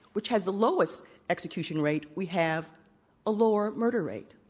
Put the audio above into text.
which has the lowest ex ecution rate, we have a lower murder rate.